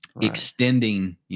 extending